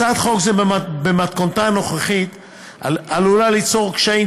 הצעת חוק זו במתכונתה הנוכחית עלולה ליצור קשיים,